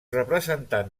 representants